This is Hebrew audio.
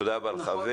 תודה רבה לך.